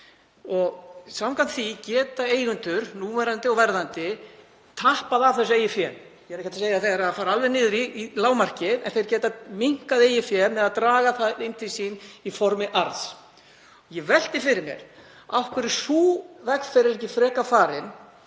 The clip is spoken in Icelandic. Samkvæmt því geta eigendur, núverandi og verðandi, tappað af þessu eigin fé. Ég er ekki að segja að þeir eigi að fara alveg niður í lágmarkið en þeir geta minnkað eigið fé með því að draga það til sín í formi arðs. Ég velti fyrir mér af hverju sú vegferð er ekki frekar farin